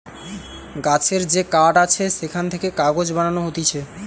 গাছের যে কাঠ আছে সেখান থেকে কাগজ বানানো হতিছে